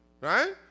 right